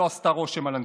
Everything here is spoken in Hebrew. לא עשתה רושם על אנטישמים.